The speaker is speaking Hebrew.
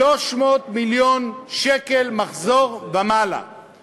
מחזור של